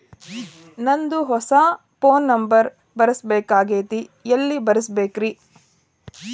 ನಂದ ಹೊಸಾ phone number ಬರಸಬೇಕ್ ಆಗೈತ್ರಿ ಎಲ್ಲೆ ಬರಸ್ಬೇಕ್ರಿ?